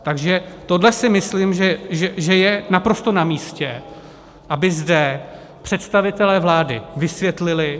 Takže tohle si myslím, že je naprosto namístě, aby zde představitelé vlády vysvětlili.